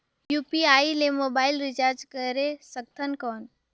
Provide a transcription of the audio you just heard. UPI ले mobile recharge करे सकथन कौन?